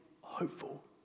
hopeful